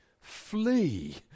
flee